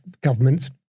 governments